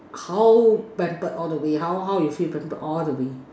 how pampered all the way how how you feel pampered all the way